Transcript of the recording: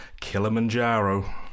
kilimanjaro